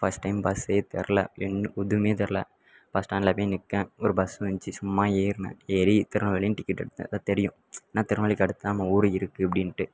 first time பஸ்ஸே தெரில நின்று எதுவுமே தெரில பஸ் ஸ்டாண்ட்டில் போய் நிற்கேன் ஒரு பஸ் வந்துச்சி சும்மா ஏறினேன் ஏறி திருநெல்வேலின்னு டிக்கெட் எடுத்தேன் ஆனால் தெரியும் என்ன திருநெல்வேலிக்கு அடுத்துதான் நம்ம ஊர் இருக்குது அப்படின்ட்டு